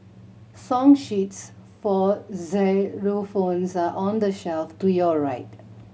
song sheets for xylophones are on the shelf to your right